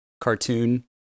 cartoon